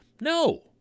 No